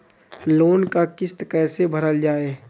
Loan क किस्त कैसे भरल जाए?